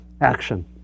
action